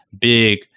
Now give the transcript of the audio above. big